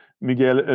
Miguel